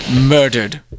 Murdered